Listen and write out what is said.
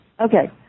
Okay